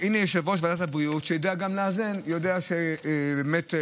ועדת הבריאות, כי הרי בסוף כמו שאמרת,